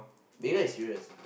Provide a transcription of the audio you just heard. Megan is serious